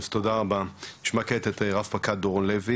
במחוז דרום רף הענישה הוא מאוד מאוד גבוה,